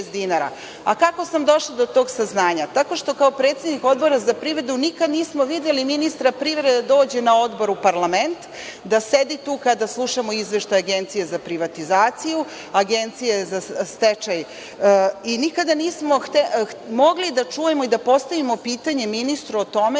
sam došla do tog saznanja? Tako što kao predsednik Odbora za privredu nikad nismo videli ministra privrede da dođe na Odbor u parlament, da sedi tu kada slušamo izveštaj Agencije za privatizaciju, Agencije za stečaj i nikada nismo mogli da čujemo i da postavimo pitanje ministru o tome